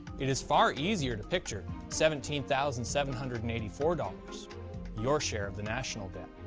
it is far easier to picture seventeen thousand seven hundred and eighty four dollars your share of the national debt.